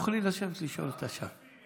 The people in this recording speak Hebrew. תוכלי לשבת ולשאול אותה משם.